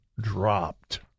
dropped